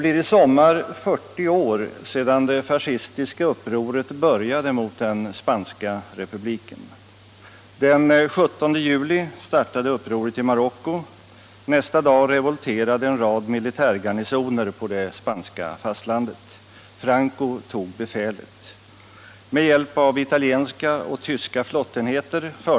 I Spanien fortsätter förtrycket även efter general Francos död. Fascismen sitter kvar vid makten.